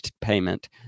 payment